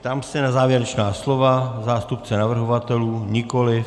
Ptám se na závěrečná slova zástupce navrhovatelů nikoliv.